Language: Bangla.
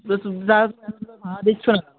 এতো দিন ধরে ভাড়া দিচ্ছো না কেন